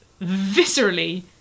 viscerally